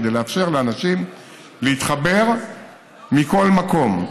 כדי לאפשר לאנשים להתחבר מכל מקום.